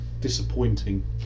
disappointing